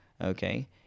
Okay